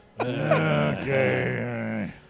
Okay